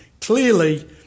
Clearly